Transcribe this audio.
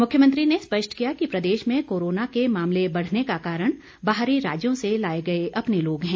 मुख्यमंत्री ने स्पष्ट किया कि प्रदेश में कोरोना के मामले बढ़ने का कारण बाहरी राज्यों से लाए गए अपने लोग हैं